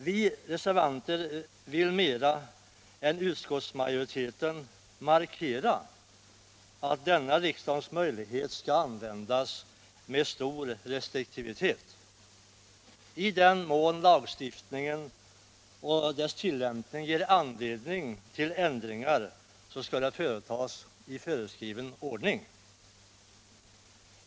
Vi reservanter vill mer än utskottsmajoriteten markera att denna riksdagens möjlighet skall användas med stor restriktivitet. I den mån lagstiftningen och dess tillämpning ger anledning till ändringar skall de företas i föreskriven ordning.